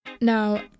Now